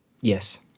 Yes